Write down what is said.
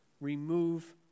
remove